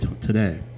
today